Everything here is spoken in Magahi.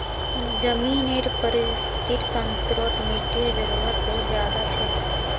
ज़मीनेर परिस्थ्तिर तंत्रोत मिटटीर जरूरत बहुत ज़्यादा छे